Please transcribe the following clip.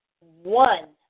one